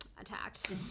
attacked